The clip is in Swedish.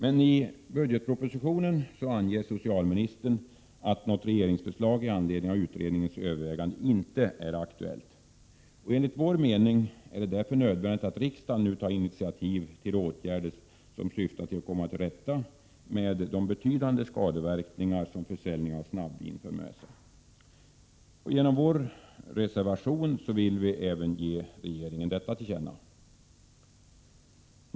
Men i budgetpropositionen anger socialministern att något regeringsförslag i anledning av utredningens överväganden inte är aktuellt. Enligt vår mening är det därför nödvändigt att riksdagen nu tar initiativ till åtgärder för att vi skall kunna komma till rätta med de betydande skadeverkningar som försäljning av snabbvin för med sig. Genom vår reservation vill vi även ge regeringen detta till känna.